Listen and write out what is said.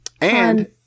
And-